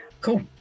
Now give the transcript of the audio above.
Cool